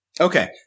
okay